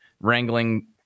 wrangling